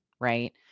right